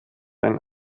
ein